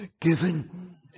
given